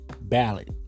ballot